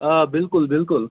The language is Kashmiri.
آ بلکُل بلکُل